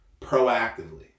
Proactively